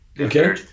okay